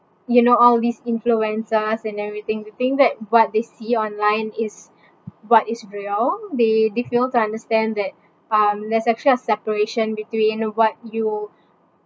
you know all these influencers and everything they think that what they see online is what is real they they fail to understand that um there's actually a separation between what you